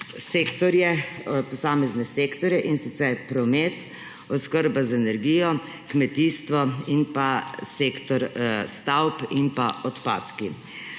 na posamezne sektorje, in sicer na promet, oskrbo z energijo, kmetijstvo in pa sektor stavb in pa odpadki.